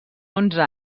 onze